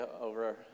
over